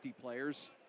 players